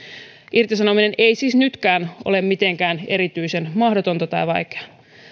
irtisanominen ei siis nytkään ole mitenkään erityisen mahdotonta tai vaikeaa